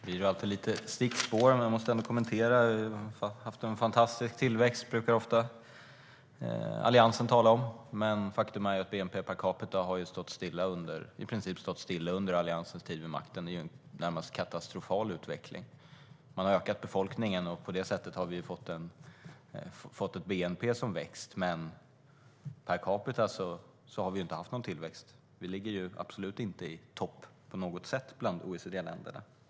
Herr talman! Det blir alltid lite stickspår, men jag måste ändå kommentera detta. Alliansen brukar ofta tala om att vi har haft en fantastisk tillväxt. Faktum är att bnp per capita i princip har stått still under Alliansens tid vid makten. Det är en närmast katastrofal utveckling. Befolkningen har ökat, och på det sättet har vi fått ett bnp som har växt. Men när det gäller bnp per capita har vi inte haft någon tillväxt.